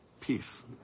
Peace